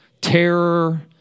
Terror